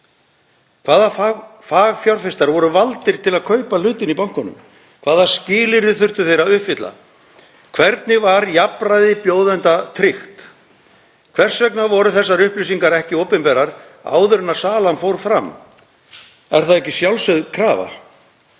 Hvaða fagfjárfestar voru valdir til að kaupa hlutinn í bönkunum? Hvaða skilyrði þurftu þeir að uppfylla? Hvernig var jafnræði bjóðenda tryggt? Hvers vegna voru þessar upplýsingar ekki opinberar áður en salan fór fram? Er það ekki sjálfsögð krafa,